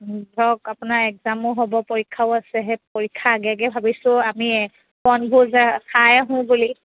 ধৰক আপোনাৰ এক্সামো হ'ব পৰীক্ষাও আছে সেই পৰীক্ষাৰ আগে আগে ভাবিছোঁ আমি বনভোজ খাই আহোঁ বুলি